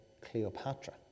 Cleopatra